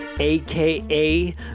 aka